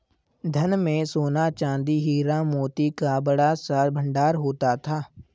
धन में सोना, चांदी, हीरा, मोती का बड़ा सा भंडार होता था